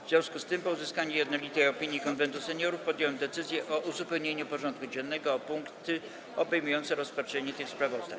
W związku z tym, po uzyskaniu jednolitej opinii Konwentu Seniorów, podjąłem decyzję o uzupełnieniu porządku dziennego o punkty obejmujące rozpatrzenie tych sprawozdań.